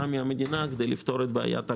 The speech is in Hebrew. מהמדינה כדי לפתור את בעיית הכלכליות.